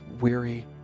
weary